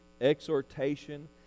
exhortation